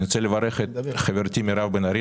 אני מברך את חברתי מירב בן ארי,